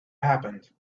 happened